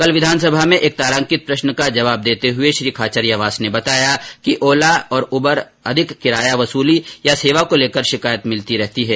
कल विधानसभा में एक तारांकित प्रश्न का जवाब देते हुए श्री खाचरियावास ने बताया कि ओला और उबर द्वारा अधिक किराया वसली या सेवा को लेकर शिकायत मिलती रहती है